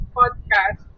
podcast